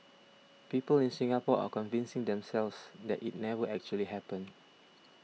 people in Singapore are convincing themselves that it never actually happened